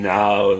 now